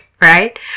right